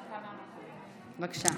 בבקשה.